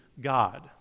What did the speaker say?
God